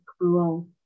cruel